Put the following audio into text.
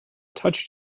touched